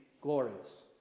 glorious